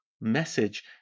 message